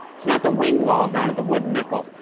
it's not the wing wall down at the wooden nickel.